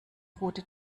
route